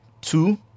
two